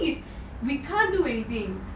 we can't do anything